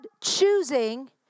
choosing